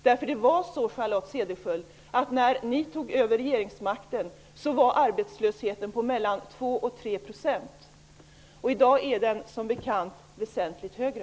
När ni tog över regeringsmakten, Charlotte Cederschiöld, var arbetslösheten mellan 2 och 3 %, och i dag är den som bekant väsentligt högre.